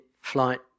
flight